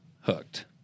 hooked